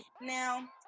Now